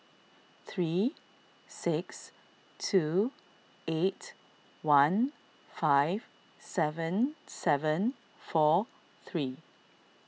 three six two eight one five seven seven four three